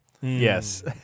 Yes